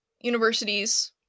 universities